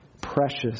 precious